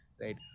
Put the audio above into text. right